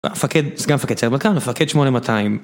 המפקד, סגן מפקד שהיה בקר, מפקד שמונה מאתיים